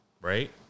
right